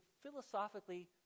philosophically